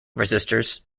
resistors